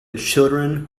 children